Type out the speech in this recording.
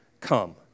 come